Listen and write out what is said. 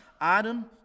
Adam